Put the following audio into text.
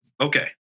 Okay